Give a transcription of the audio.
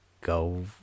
go